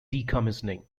decommissioning